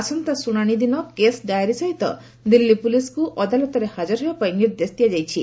ଆସନ୍ତା ଶୁଣାଣି ଦିନ କେସ୍ ଡାଏରି ସହିତ ଦିଲ୍ଲୀ ପୁଲିସ୍କୁ ଅଦାଲତରେ ହାଜର ହେବା ପାଇଁ ନିର୍ଦ୍ଦେଶ ଦିଆଯାଇଛି